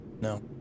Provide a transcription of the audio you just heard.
No